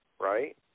Right